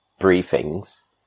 briefings